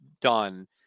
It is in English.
done